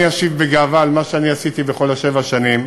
אני אשיב בגאווה על מה שאני עשיתי בכל שבע השנים,